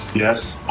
yes,